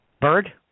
Bird